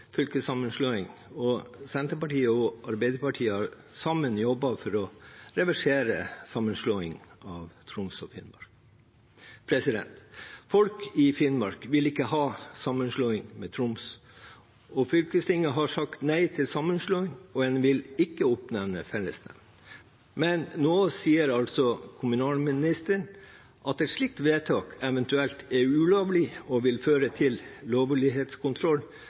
fylkessammenslåing, og Senterpartiet og Arbeiderpartiet har sammen jobbet for å reversere sammenslåingen av Troms og Finnmark. Folk i Finnmark vil ikke ha sammenslåing med Troms, fylkestinget har sagt nei til sammenslåing, og en vil ikke oppnevne en fellesnemnd. Men nå sier altså kommunalministeren at et slikt vedtak eventuelt er ulovlig og vil føre til lovlighetskontroll